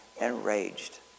enraged